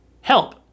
Help